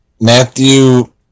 Matthew